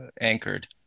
anchored